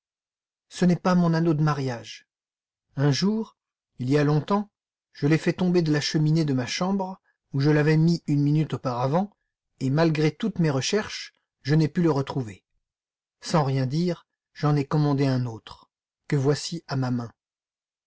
ce n'est pas mon anneau de mariage un jour il y a longtemps je l'ai fait tomber de la cheminée de ma chambre où je l'avais mis une minute auparavant et malgré toutes mes recherches je n'ai pu le retrouver sans rien dire j'en ai commandé un autre que voici à ma main